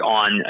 on